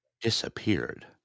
disappeared